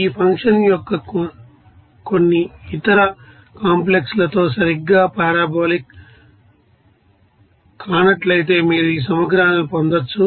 మీ function కొన్ని ఇతర కాంప్లెక్స్లతో సరిగ్గా పారాబొలిక్ కానట్లయితే మీరు ఈ సమగ్రాలను పొందవచ్చు